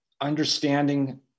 understanding